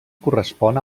correspon